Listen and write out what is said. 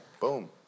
boom